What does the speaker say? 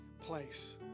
place